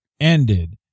ended